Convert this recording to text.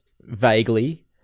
vaguely